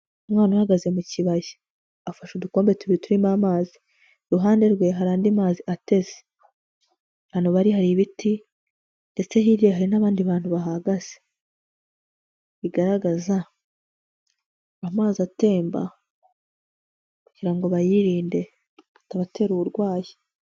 Umwana uhagaze mu kibaya, afashe udukombe tubiri turimo amazi. Iruhande rwe hari andi mazi ateze. Ahantu bari hari ibiti ndetse hirya hari n'abandi bantu bahagaze, bigaragaza amazi atemba kugira ngo bayirinde atabatera uburwayi.